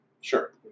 Sure